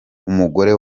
umugore